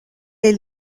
est